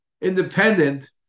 independent